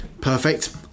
Perfect